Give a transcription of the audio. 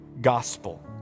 gospel